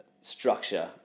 structure